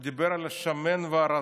הוא דיבר על השמן והרזה.